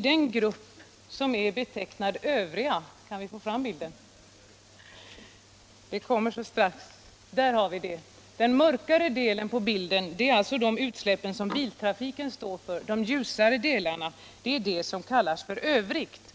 Den mörkare delen av staplarna markerar de utsläpp som biltrafiken står för. Den ljusare delen betecknar ”övrigt”